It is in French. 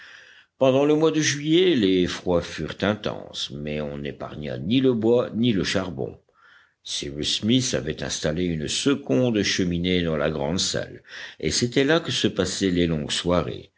pendant le mois de juillet les froids furent intenses mais on n'épargna ni le bois ni le charbon cyrus smith avait installé une seconde cheminée dans la grande salle et c'était là que se passaient les longues soirées